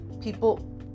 people